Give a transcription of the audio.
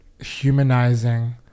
humanizing